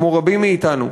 כמו רבים מאתנו,